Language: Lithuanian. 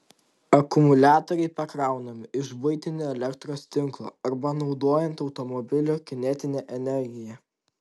akumuliatoriai pakraunami iš buitinio elektros tinklo arba naudojant automobilio kinetinę energiją